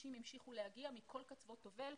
אנשים המשיכו להגיע מכל קצוות תבל,